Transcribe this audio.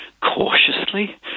cautiously